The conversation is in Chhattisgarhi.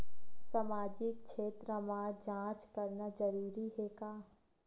सामाजिक क्षेत्र म जांच करना जरूरी हे का?